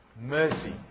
Mercy